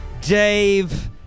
Dave